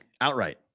outright